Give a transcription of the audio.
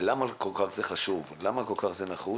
למה זה כל כך חשוב, למה זה כל כך נחוץ,